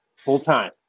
Full-time